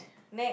next